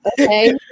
Okay